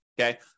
Okay